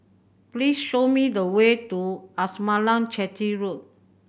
please show me the way to Amasalam Chetty Road